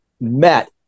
met